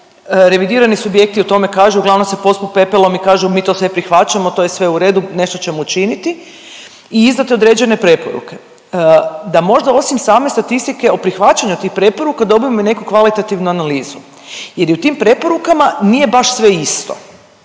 revidirani subjekti o tome kažu uglavnom se pospu pepelom i kažu mi to sve prihvaćamo to je sve u redu nešto ćemo učiniti i izdate određene preporuke. Da možda osim same statistike o prihvaćanju tih preporuka dobijemo i neku kvalitativnu analizu jer i u tim preporukama nije baš sve isto.